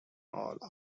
all